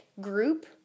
group